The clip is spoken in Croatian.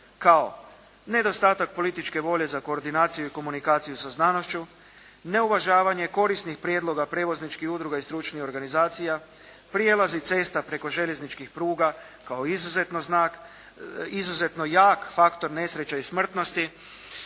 Kao nedostatak političke volje za koordinaciju i komunikaciju sa znanošću, neuvažavanje korisnih prijedloga prijevozničkih udruga i stručnih organizacija, prijelazi cesta preko željezničkih pruga kao izuzetno znak, izuzetno jak faktor nesreća i smrtnosti.